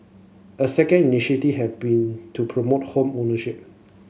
a second initiative have been to promote home ownership